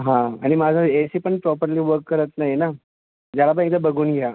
हां आणि माझं एसी पण प्रॉपर्ली वक करत नाही आहे ना त्याला पण एकदा बघून घ्या